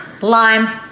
lime